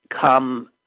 come